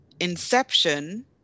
Inception